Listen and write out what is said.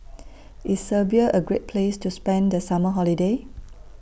IS Serbia A Great Place to spend The Summer Holiday